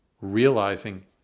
Realizing